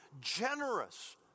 generous